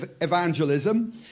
evangelism